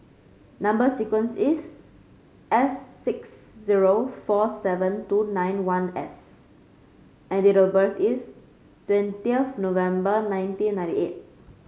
number sequence is S six zero four seven two nine one S and date of birth is twenty of November nineteen ninety eight